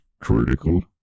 critical